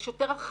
יש יותר אחיות